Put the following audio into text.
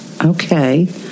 Okay